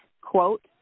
Quote